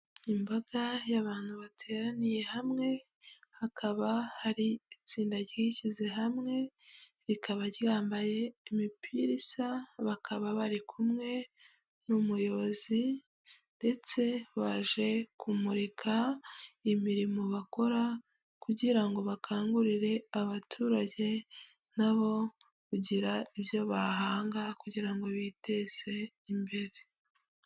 Imbaga y'abantu bateraniye hamwe hakaba hari itsinda ryishyize hamwe rikaba ryambaye imipira isa, bakaba bari kumwe n'umuyobozi ndetse baje kumurika imirimo bakora kugira ngo bakangurire abaturage n'abo kugira ibyo bahanga kugira ngo biteze imbere.